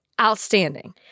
outstanding